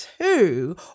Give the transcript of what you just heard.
two